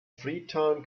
freetown